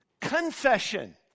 confession